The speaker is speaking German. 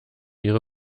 ihre